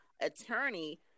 attorney